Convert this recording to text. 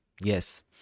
yes